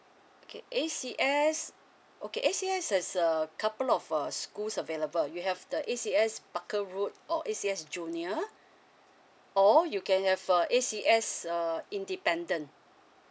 okay A_C_S okay A_C_S is uh couple of uh schools available you have the A_C_S barker rode or A_C_S junior or you can have uh A_C_S uh independent